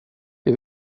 det